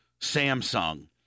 Samsung